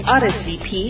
rsvp